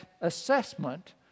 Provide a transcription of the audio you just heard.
assessment